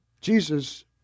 Jesus